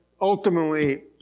ultimately